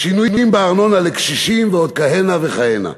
שינויים בארנונה לקשישים, ועוד כהנה וכהנה.